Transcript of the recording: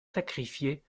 sacrifiés